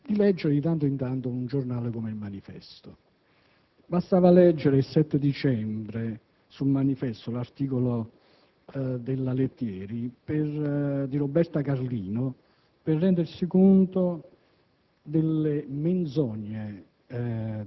Il CENSIS parla di un *boom* silenzioso che era già iniziato quando gli altri declinavano il «declinismo». Era già iniziato l'anno scorso, nel 2005. Consiglierei anche ai colleghi della sinistra